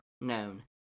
known